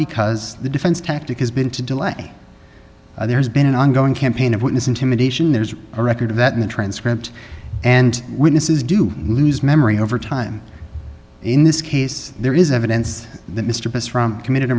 because the defense tactic has been to delay there's been an ongoing campaign of witness intimidation there's a record of that in the transcript and witnesses do lose memory over time in this case there is evidence that mr bush from committed